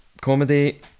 comedy